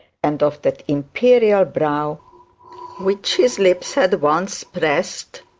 and of the imperial brow which his lips had once pressed,